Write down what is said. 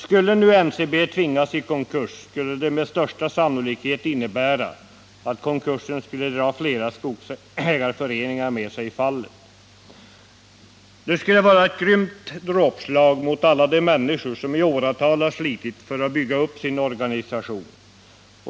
Skulle nu NCB tvingas in i en konkurs, kommer det med största sannolikhet att innebära att konkursen drar flera skogsägarföreningar med sig i fallet. Det skulle vara ett grymt dråpslag mot alla de människor som i åratal har slitit för att bygga upp sin organisation.